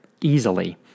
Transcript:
easily